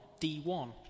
D1